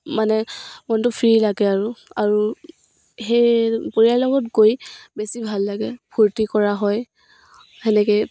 মানে মনটো ফ্ৰী লাগে আৰু আৰু সেই পৰিয়ালৰ লগত গৈ বেছি ভাল লাগে ফূৰ্তি কৰা হয় তেনেকেই